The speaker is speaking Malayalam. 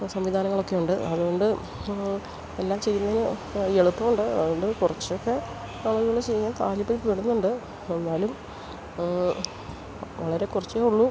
സംവിധാനങ്ങളൊക്കെയുണ്ട് അതുകൊണ്ട് എല്ലാം ചെയ്യുന്നതിന് എളുപ്പമുണ്ട് അതുകൊണ്ട് കുറച്ചൊക്കെ ആളുകൾ ചെയ്യാൻ താൽപ്പര്യപ്പെടുന്നുണ്ട് എന്നാലും വളരെ അതുകൊണ്ട് ഉള്ളൂ